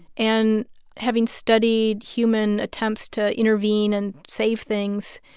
and having studied human attempts to intervene and save things,